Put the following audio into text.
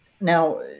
Now